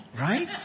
right